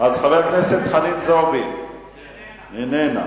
חברת הכנסת חנין זועבי, איננה.